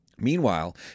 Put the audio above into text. Meanwhile